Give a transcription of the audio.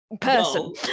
person